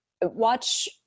watch